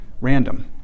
random